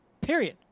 Period